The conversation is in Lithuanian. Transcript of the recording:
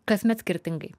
kasmet skirtingai